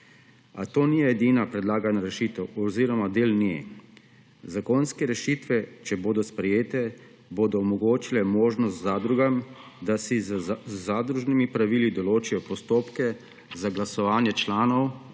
A to ni edina predlagana rešitev oziroma del nje. Zakonske rešitve, če bodo sprejete, bodo omogočile zadrugam, da si z zadružnimi pravili določijo postopke za glasovanje članov